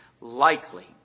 likely